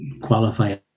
qualify